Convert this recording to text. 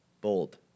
bold